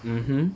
mmhmm